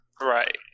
Right